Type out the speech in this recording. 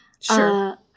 Sure